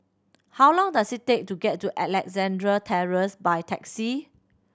how long does it take to get to Alexandra Terrace by taxi